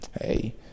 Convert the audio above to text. Hey